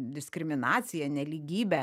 diskriminacija nelygybe